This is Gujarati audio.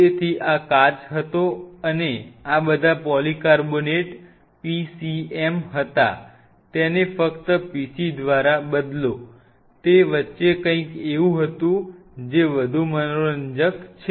તેથી આ કાચ હતો અને આ બધા પોલીકાર્બોનેટ PCM હતા તેને ફક્ત PC દ્વારા બદલો તે વચ્ચે કંઈક એવું હતું જે વધુ મનોરંજક છે